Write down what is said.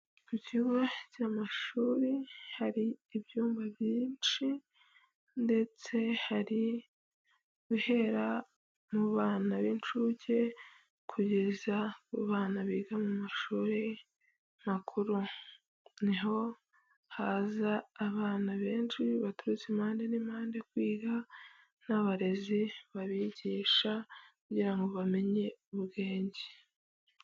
Ku kigo cy'amashuri hari ibyumba byinshi ndetse hari guhera mu bana b'inshuke kugeza bana biga mu mashuri makuru, niho haza abana benshi baturutse impande n'impande kwiga n'abarezi babigisha kugira ngo bamenye ubwenge.